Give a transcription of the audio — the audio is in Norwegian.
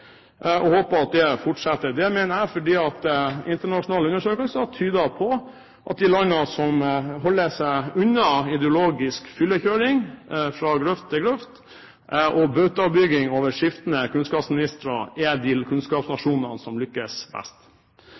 og håper at det fortsetter. Det mener jeg fordi internasjonale undersøkelser tyder på at de land som holder seg unna ideologisk fyllekjøring fra grøft til grøft og bautabygging over skiftende kunnskapsministre, er de kunnskapsnasjonene som lykkes best.